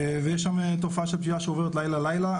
יש שם תופעה של פשיעה שעוברת לילה-לילה.